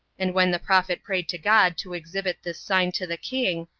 and when the prophet prayed to god to exhibit this sign to the king,